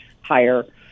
higher